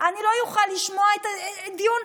אני לא אוכל לשמוע את הדיון,